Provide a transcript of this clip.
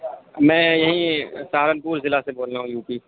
میں یہیں سہارنپور ضلع سے بول رہا ہوں یو پی